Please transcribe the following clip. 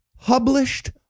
published